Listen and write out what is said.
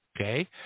Okay